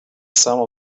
some